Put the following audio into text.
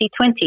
2020